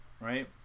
right